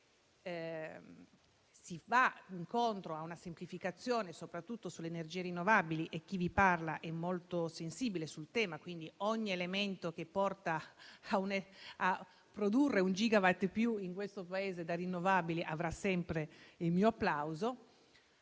Si va incontro a una semplificazione, soprattutto sulle energie rinnovabili. Chi vi parla è molto sensibile sul tema e quindi ogni elemento che porta a produrre, in questo Paese, un gigawatt in più da rinnovabili avrà sempre il mio applauso.